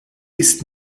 ist